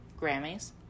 Grammys